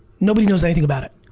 nobody knows anything about it.